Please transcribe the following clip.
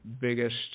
biggest